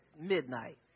midnight